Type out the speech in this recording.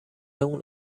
اون